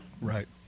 Right